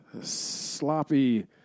sloppy